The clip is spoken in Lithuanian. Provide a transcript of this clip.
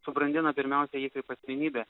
subrandina pirmiausia jį kaip asmenybę